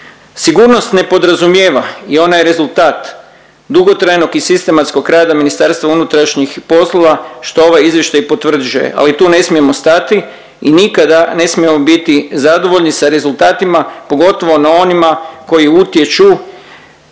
Sigurnost ne podrazumijeva i ona je rezultat dugotrajnog i sistematskog rada Ministarstvo unutarnjih poslova što ovaj Izvještaj i potvrđuje, ali tu ne smijemo stati i nikada ne smijemo biti zadovoljni sa rezultatima, pogotovo na onima koji utječu